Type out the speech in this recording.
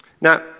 Now